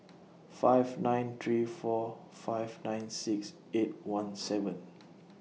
five nine three four five nine six eight one seven